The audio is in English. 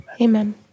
Amen